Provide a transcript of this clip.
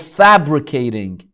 fabricating